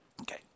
Okay